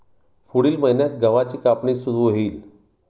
पुढील महिन्यात गव्हाची कापणी सुरू होईल